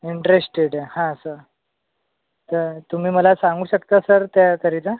interested आहे हा sir तर तुम्ही मला सांगू शकता सर त्याकरिता